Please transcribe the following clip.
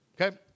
Okay